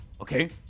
okay